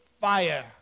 fire